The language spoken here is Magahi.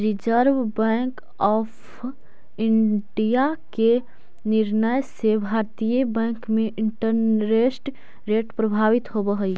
रिजर्व बैंक ऑफ इंडिया के निर्णय से भारतीय बैंक में इंटरेस्ट रेट प्रभावित होवऽ हई